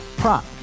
prop